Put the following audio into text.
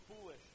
foolish